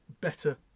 better